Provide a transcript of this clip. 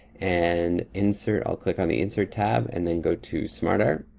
and insert, i'll click on the insert tab, and then go to smart art.